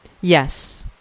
Yes